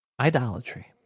Idolatry